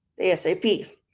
ASAP